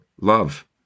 love